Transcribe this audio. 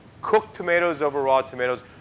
cooked tomatoes over raw tomatoes,